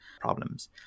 problems